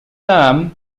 term